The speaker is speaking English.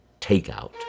Takeout